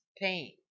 Pain